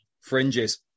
Fringes